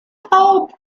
pope